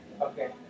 Okay